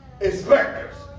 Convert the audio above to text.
inspectors